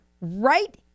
right